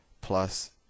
plus